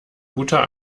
guter